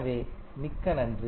எனவே மிக்க நன்றி